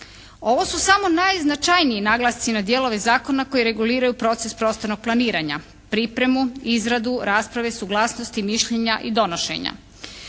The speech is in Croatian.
Ovo su samo najznačajniji naglasci na dijelove zakona koji reguliraju proces prostornog planiranja, pripremu, izradu, rasprave, suglasnosti, mišljenja i donošenja.